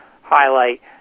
highlight